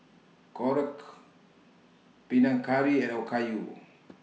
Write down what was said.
Korokke Panang Curry and Okayu